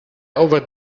over